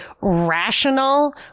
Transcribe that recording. rational